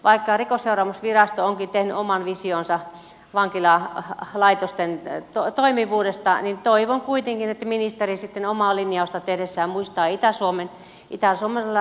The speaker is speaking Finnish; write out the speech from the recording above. vaikka rikosseuraamusvirasto onkin tehnyt oman visionsa vankilalaitosten toimivuudesta niin toivon kuitenkin että ministeri sitten omaa linjausta tehdessään muistaa itä suomen